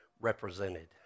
represented